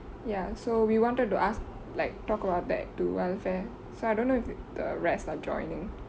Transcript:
ya so we wanted to ask like talk about that to welfare so I don't know if the rest are joining